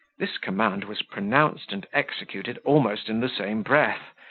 this command was pronounced and executed almost in the same breath,